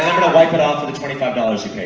wipe it off with the twenty five dollars you